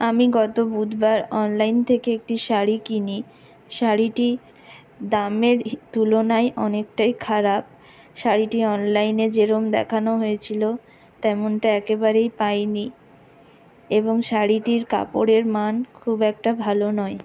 আমি গত বুধবার অনলাইন থেকে একটি শাড়ি কিনি শাড়িটি দামের তুলনায় অনেকটাই খারাপ শাড়িটি অনলাইনে যেরম দেখানো হয়েছিলো তেমনটা একেবারেই পাইনি এবং শাড়িটির কাপড়ের মান খুব একটা ভালো নয়